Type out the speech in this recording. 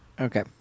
Okay